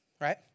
right